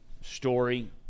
story